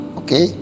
okay